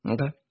Okay